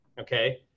okay